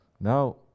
Now